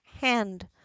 hand